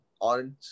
orange